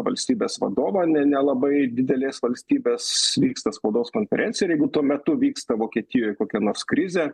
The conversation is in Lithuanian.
valstybės vadovą ne nelabai didelės valstybės vyksta spaudos konferencija ir jeigu tuo metu vyksta vokietijoj kokia nors krizė